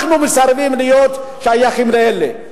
אנחנו מסרבים להיות שייכים לאלה.